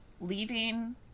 leaving